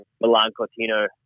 Milan-Cortino